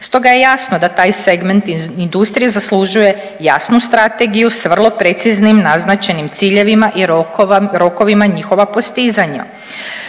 Stoga je jasno da taj segment industrije zaslužuje jasnu strategiju s vrlo preciznim naznačenim ciljevima i rokovima njihova postizanja.